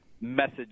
message